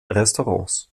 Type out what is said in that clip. restaurants